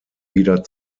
wieder